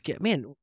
man